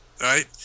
right